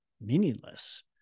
meaningless